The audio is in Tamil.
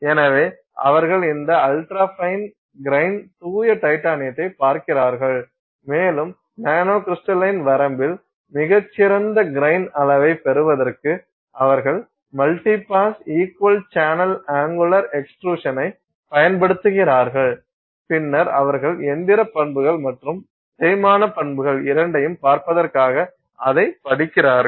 எனவே அவர்கள் இந்த அல்ட்ராஃபைன் கிரைன் தூய டைட்டானியத்தைப் பார்க்கிறார்கள் மேலும் நானோ கிரிஸ்டலின் வரம்பில் மிகச் சிறந்த கிரைன் அளவைப் பெறுவதற்கு அவர்கள் multi pass equal channel angular எக்ஸ்ட்ரூஷனைப் பயன்படுத்துகிறார்கள் பின்னர் அவர்கள் இயந்திர பண்புகள் மற்றும் தேய்மான பண்புகள் இரண்டையும் பார்ப்பதற்காக அதைப் படிக்கிறார்கள்